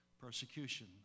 persecution